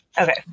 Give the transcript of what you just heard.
Okay